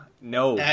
No